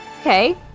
Okay